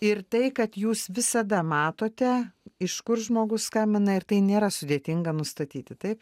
ir tai kad jūs visada matote iš kur žmogus skambina ir tai nėra sudėtinga nustatyti taip